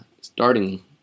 starting